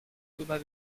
thomas